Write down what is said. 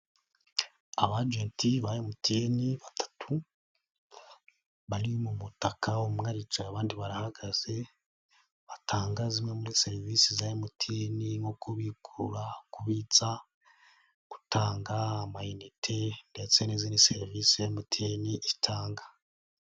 Abajenti ba MTN batatu bari mu mutaka, umwe aricaye abandi barahagaze batanga zimwe muri serivisi za MTN nko kubikura, kubitsa, gutanga amayinite ndetse n'izindi serivisi MTN itanga.